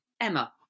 Emma